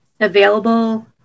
available